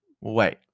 Wait